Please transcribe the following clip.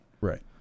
Right